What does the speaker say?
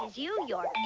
you your.